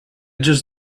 just